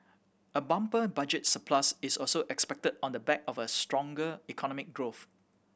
a bumper budget surplus is also expected on the back of a stronger economic growth